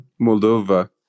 Moldova